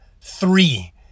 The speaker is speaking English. three